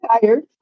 tired